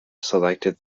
selected